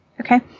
Okay